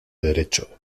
derecho